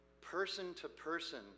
person-to-person